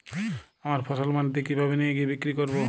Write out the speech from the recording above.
আমার ফসল মান্ডিতে কিভাবে নিয়ে গিয়ে বিক্রি করব?